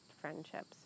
friendships